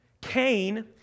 Cain